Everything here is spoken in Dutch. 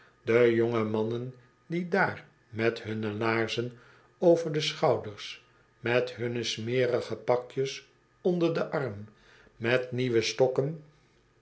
de jonge mannen die daar met hunne laarzen over de schouders met hunne smerige pakjes onder den arm met nieuwe stokken